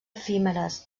efímeres